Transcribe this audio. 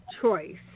choice